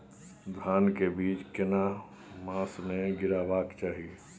धान के बीज केना मास में गीरावक चाही?